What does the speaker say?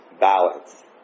balance